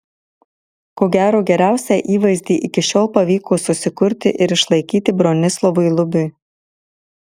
ko gero geriausią įvaizdį iki šiol pavyko susikurti ir išlaikyti bronislovui lubiui